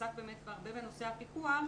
שעסק באמת הרבה בנושא הפיקוח,